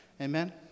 Amen